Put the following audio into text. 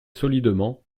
solidement